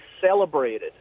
celebrated